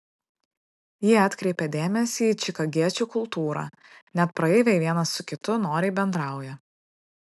ji atkreipė dėmesį į čikagiečių kultūrą net praeiviai vienas su kitu noriai bendrauja